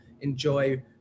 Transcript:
enjoy